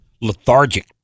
lethargic